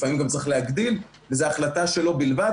לפעמים גם צריך להגדיל וזו החלטה שלו בלבד.